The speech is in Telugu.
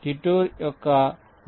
డిటూర్ యొక్క భావనను వివరిస్తాను